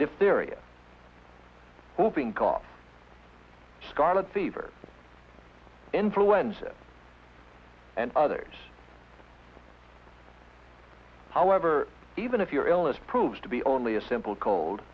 diphtheria moving cough scarlet fever influenza and others however even if your illness proves to be only a simple cold